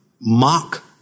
mock